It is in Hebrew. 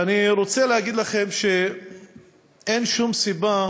ואני רוצה להגיד לכם שאין שום סיבה